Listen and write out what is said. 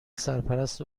سرپرست